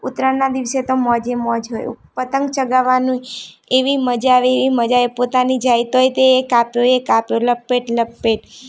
ઉત્તરાયણના દિવસે તો મોજે મોજ હોય પતંગ ચગાવવાની એવી મજા આવે એવી મજા આવે પોતાની જાય તોય તે કાપ્યો એ કાપ્યો લપેટ લપેટ